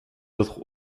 autres